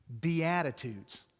beatitudes